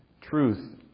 truth